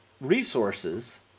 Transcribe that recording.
resources